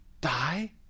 die